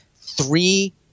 three